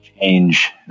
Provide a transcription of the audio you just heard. change